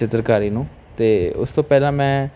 ਚਿੱਤਰਕਾਰੀ ਨੂੰ ਅਤੇ ਉਸ ਤੋਂ ਪਹਿਲਾਂ ਮੈਂ